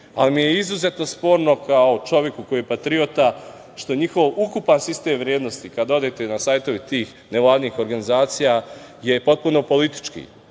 ali mi je izuzetno sporno kao čoveku koji je patriota što njihov ukupan sistem vrednosti, kada odete na sajtove tih nevladinih organizacija, je potpuno politički,